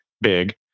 big